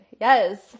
yes